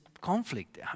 conflict